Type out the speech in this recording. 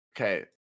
okay